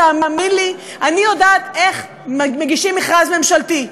תאמין לי, אני יודעת איך מגישים מכרז ממשלתי.